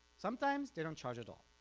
sometimes they don't charge at all,